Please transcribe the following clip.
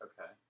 Okay